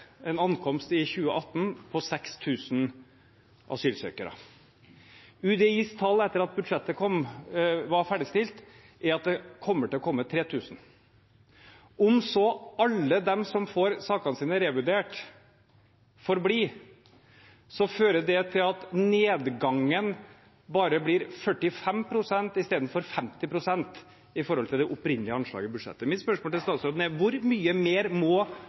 en ankomst på 6 000 asylsøkere i 2018. UDIs tall etter at budsjettet var ferdigstilt, er at det kommer til å komme 3 000. Om så alle de som får sakene sine revurdert, får bli, fører det til at nedgangen blir bare 45 pst. i stedet for 50 pst. i forhold til det opprinnelige anslaget i budsjettet. Mitt spørsmål til statsråden er: Hvor mye mer må